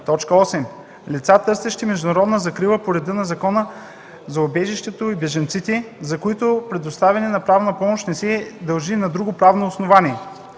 защита; 8. лица, търсещи международна закрила по реда на Закона за убежището и бежанците, за които предоставяне на правна помощ не се дължи на друго правно основание;